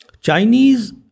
Chinese